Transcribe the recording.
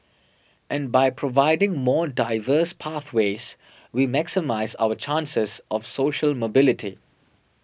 and by providing more diverse pathways we maximise our chances of social mobility